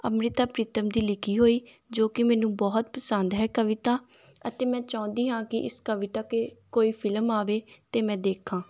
ਅੰਮ੍ਰਿਤਾ ਪ੍ਰੀਤਮ ਦੀ ਲਿਖੀ ਹੋਈ ਜੋ ਕਿ ਮੈਨੂੰ ਬਹੁਤ ਪਸੰਦ ਹੈ ਕਵਿਤਾ ਅਤੇ ਮੈਂ ਚਾਹੁੰਦੀ ਹਾਂ ਕਿ ਇਸ ਕਵਿਤਾ ਕਿ ਕੋਈ ਫਿਲਮ ਆਵੇ ਅਤੇ ਮੈਂ ਦੇਖਾਂ